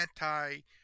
anti